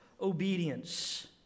obedience